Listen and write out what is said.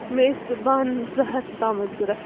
مےٚ ٲسۍ بانہٕ زٕ ہَتھ تامتھ ضروٗرت